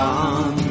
on